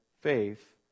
faith